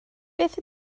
beth